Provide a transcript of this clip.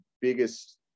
biggest